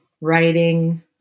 writing